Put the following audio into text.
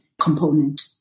component